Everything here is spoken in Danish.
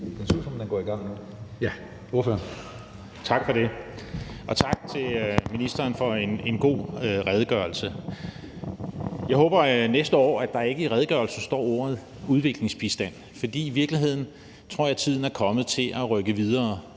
Tak for det, og tak til ministeren for en god redegørelse. Jeg håber, at der ikke i redegørelsen næste år står ordet udviklingsbistand, for i virkeligheden tror jeg, tiden er kommet til at rykke videre